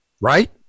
right